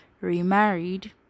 remarried